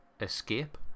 escape